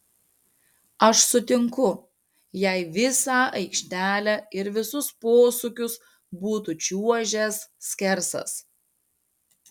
aš sutinku jei visą aikštelę ir visus posūkius būtų čiuožęs skersas